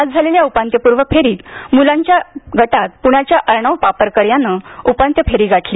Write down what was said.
आज झालेल्या उपांत्यपुर्व फेरीत मुलांच्या गटात पृण्याच्या अर्णव पापरकर यानं उपांत्य फेरी गाठली